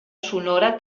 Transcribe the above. sonora